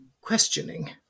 questioning